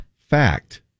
Fact